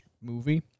movie